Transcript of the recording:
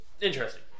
interesting